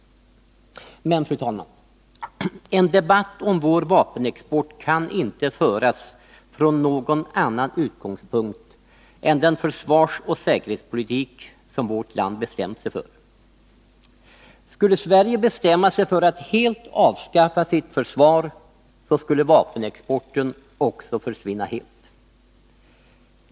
Men, fru talman, en debatt om vår vapenexport kan inte föras från någon annan utgångspunkt än den försvarsoch säkerhetspolitik som vårt land har bestämt sig för. Skulle Sverige bestämma sig för att helt avskaffa sitt försvar, skulle vapenexporten också försvinna helt.